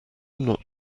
not